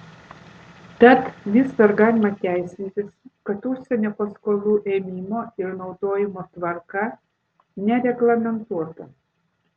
tad vis dar galima teisintis kad užsienio paskolų ėmimo ir naudojimo tvarka nereglamentuota